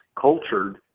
cultured